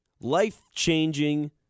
life-changing